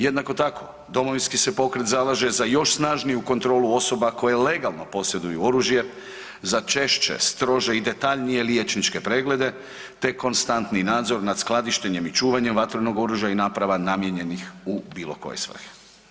Jednako tako, Domovinski se pokret zalaže za još snažniju kontrolu osoba koje legalno posjeduju oružje, za češće, strože i detaljnije liječničke preglede te konstantni nadzor nad skladištenjem i čuvanjem vatrenog oružja i naprava namijenjenih u bilo koje svrhe.